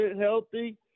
healthy